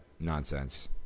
nonsense